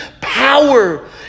power